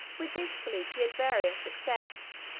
with this fleet he had various success.